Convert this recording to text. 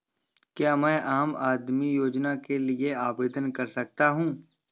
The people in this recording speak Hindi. क्या मैं आम आदमी योजना के लिए आवेदन कर सकता हूँ?